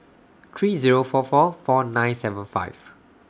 three Zero four four four nine seven five